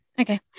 okay